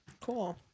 Cool